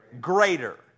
greater